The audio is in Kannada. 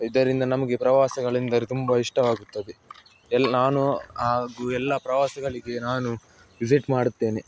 ಇದರಿಂದ ನಮಗೆ ಪ್ರವಾಸಗಳೆಂದರೆ ತುಂಬ ಇಷ್ಟವಾಗುತ್ತದೆ ಎಲ್ಲ ನಾನು ಹಾಗೂ ಎಲ್ಲ ಪ್ರವಾಸಗಳಿಗೆ ನಾನು ವಿಸಿಟ್ ಮಾಡುತ್ತೇನೆ